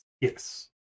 Yes